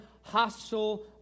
hostile